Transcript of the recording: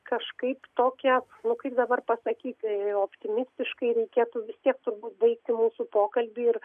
kažkaip tokia nu kaip dabar pasakyti optimistiškai reikėtų vis tiek turbūt baigti mūsų pokalbį ir